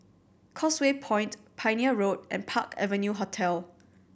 Causeway Point Pioneer Road and Park Avenue Hotel